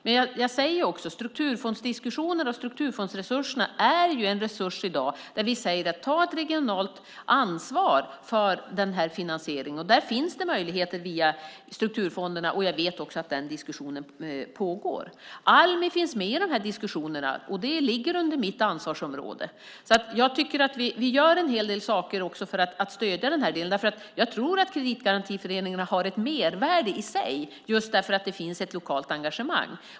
Men strukturfondsresurserna är ju en resurs som i dag gör det möjligt att ta ett regionalt ansvar för finansieringen. Den möjligheten finns via strukturfonderna, och jag vet att den diskussionen pågår. Almi finns med i dessa diskussioner, och detta ligger under mitt ansvarsområde. Vi gör alltså en hel del saker för att stödja den här delen. Jag tror att kreditgarantiföreningarna har ett mervärde i sig just därför att det finns ett lokalt engagemang.